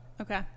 okay